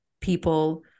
people